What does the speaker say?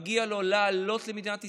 מגיע לו לעלות למדינת ישראל,